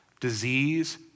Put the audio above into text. disease